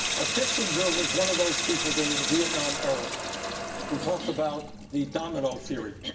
ah kissinger was one of those people during the vietnam era who talked about the domino theory.